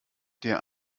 der